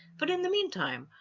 but in the meantime,